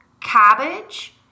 cabbage